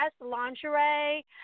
lingerie